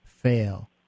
Fail